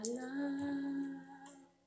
love